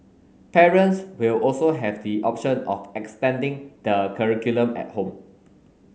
parents will also have the option of extending the curriculum at home